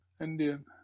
Indian